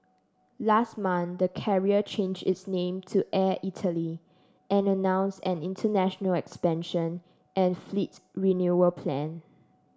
last month the carrier change its name to Air Italy and announce an international expansion and fleet renewal plan